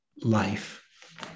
life